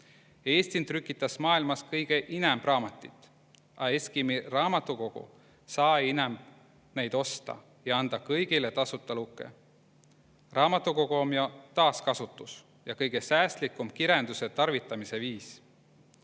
Eestin trükitas maailmas kõgõ inämp raamatit, a eski mi raamadukogo saa‑i näid inämp osta ja anda kõigilõ tasuta lukõ. Raamatukogo om jo taaskasutus ja kõgõ säästlikump kirändüse tarvitamisõ viis.